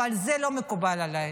אבל זה לא מקובל עליי.